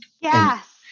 yes